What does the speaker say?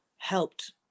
Helped